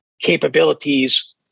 capabilities